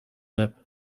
lip